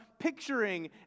picturing